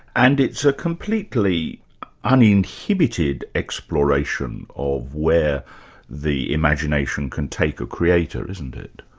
and it's a completely uninhibited exploration of where the imagination can take a creator, isn't it?